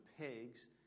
pigs